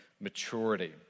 maturity